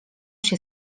się